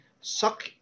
suck